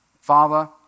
Father